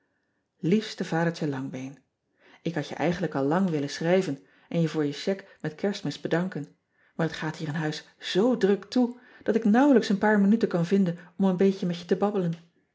iefste adertje angbeen k had je eigenlijk al lang willen schrijven en je voor je chèque met erstmis bedanken maar het gaat hier in huis zoo druk toe dat ik nauwelijks een paar minuten kan vinden om een beetje met je te babbelen